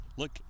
Look